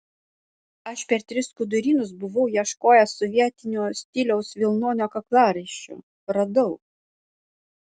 aš per tris skudurynus buvau ieškojęs sovietinio stiliaus vilnonio kaklaraiščio radau